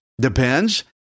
depends